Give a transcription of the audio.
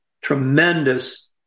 tremendous